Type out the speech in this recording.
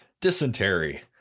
dysentery